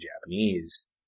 Japanese